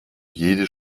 jede